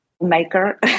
maker